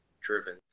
driven